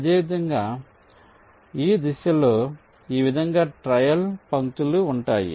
అదేవిధంగా ఈ దిశలో ఈ విధంగా ట్రయల్ పంక్తులు ఉంటాయి